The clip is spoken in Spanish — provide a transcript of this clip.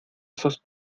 esos